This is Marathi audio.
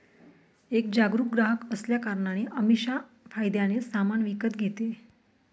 एक जागरूक ग्राहक असल्या कारणाने अमीषा फायद्याने सामान विकत घेते